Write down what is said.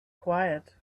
quiet